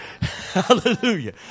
Hallelujah